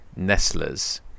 Nestlers